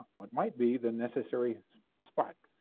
what might be the necessary spike.